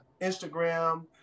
Instagram